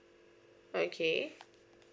okay